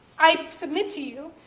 i submit to you,